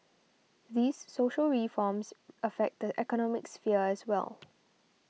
these social reforms affect the economic sphere as well